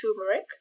turmeric